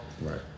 Right